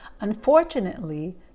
Unfortunately